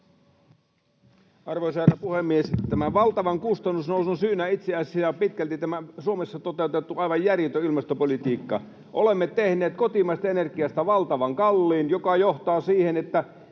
Arvoisa herra puhemies! Tämän valtavan kustannusnousun syynä on itse asiassa pitkälti tämä Suomessa toteutettu aivan järjetön ilmastopolitiikka. [Jani Mäkelä: Se on totta!] Olemme tehneet kotimaisesta energiasta valtavan kalliin, mikä johtaa siihen, että